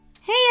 Hey